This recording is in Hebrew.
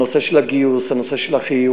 הנושא של הגיוס, הנושא של החיול.